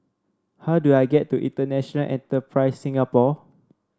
how do I get to International Enterprise Singapore